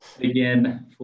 again